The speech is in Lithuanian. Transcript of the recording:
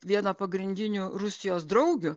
viena pagrindinių rusijos draugių